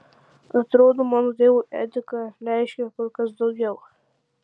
atrodo mano tėvui etika reiškė kur kas daugiau